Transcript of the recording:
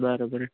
बरं बरं